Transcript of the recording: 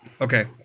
Okay